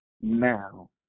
now